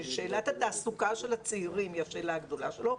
ששאלת התעסוקה של הצעירים היא השאלה הגדולה שלו,